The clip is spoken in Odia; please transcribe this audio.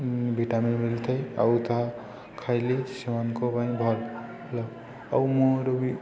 ଭିଟାମିିନ୍ ମିଳିଥାଏ ଆଉ ତାହା ଖାଇଲେ ସେମାନଙ୍କ ପାଇଁ ଭଲ ଆଉ ମୋର ବି